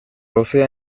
doce